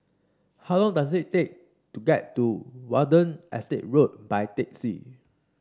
how long does it take to get to Watten Estate Road by taxi